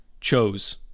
chose